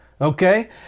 Okay